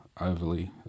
overly